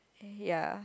ya